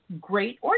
great